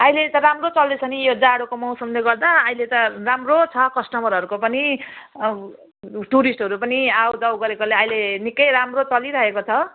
अहिले त राम्रो चल्दैछ नि यो जाडोको मौसमले गर्दा अहिले त राम्रो छ कस्टमरहरूको पनि टुरिस्टहरू पनि आऊ जाऊ गरेकोले अहिले निकै राम्रो चलिरहेको छ